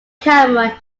camera